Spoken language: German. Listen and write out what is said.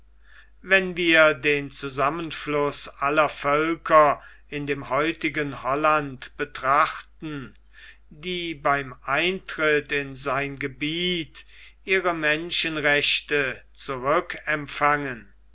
wenn wir den zusammenfluß aller völker in dem heutigen holland betrachten die beim eintritt in sein gebiet ihre menschenrechte zurück empfangen